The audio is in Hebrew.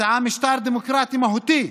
מציעה משטר דמוקרטי מהותי,